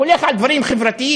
הולך על דברים חברתיים,